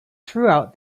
throughout